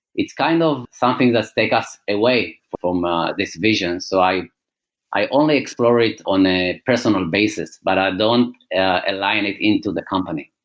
it's kind of something that take us a way from ah this vision. so, i i only explore it on a personal basis. but don't align into the company.